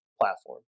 platform